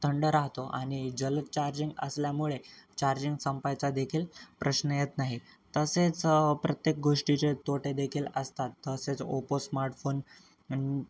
थंड राहतो आणि जलद चार्जिंग असल्यामुळे चार्जिंग संपायचादेखील प्रश्न येत नाही तसेच प्रत्येक गोष्टीचे तोटेदेखील असतात तसेच ओपो स्मार्टफोन